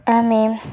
ଆମେ